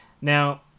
Now